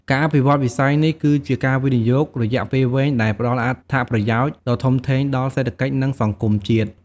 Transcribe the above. ការអភិវឌ្ឍន៍វិស័យនេះគឺជាការវិនិយោគរយៈពេលវែងដែលផ្តល់អត្ថប្រយោជន៍ដ៏ធំធេងដល់សេដ្ឋកិច្ចនិងសង្គមជាតិ។